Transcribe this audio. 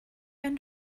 ein